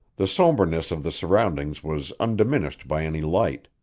the somberness of the surroundings was undiminished by any light.